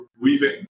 weaving